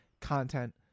content